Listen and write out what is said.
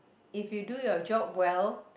if you do your job well